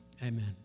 Amen